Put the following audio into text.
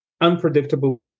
unpredictable